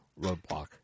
Roadblock